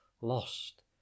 lost